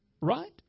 right